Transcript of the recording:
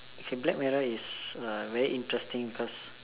it's black mirror is uh very interesting cause